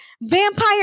vampire